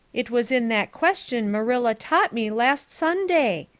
it was in that question marilla taught me last sunday.